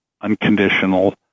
unconditional